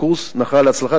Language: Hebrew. הקורס נחל הצלחה.